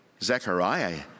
Zechariah